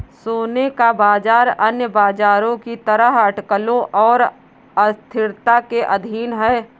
सोने का बाजार अन्य बाजारों की तरह अटकलों और अस्थिरता के अधीन है